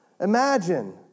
Imagine